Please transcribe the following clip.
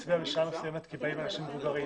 להצביע בשעה מסוימת כי באים אנשים מבוגרים.